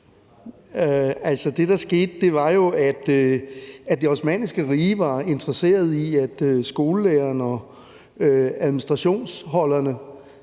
det, der skete, var jo, at det osmanniske rige var interesseret i, at skolelærere og administrationsfolk,